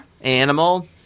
Animal